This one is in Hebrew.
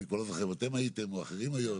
אני לא זוכר, אתם הייתם או אחרים היו.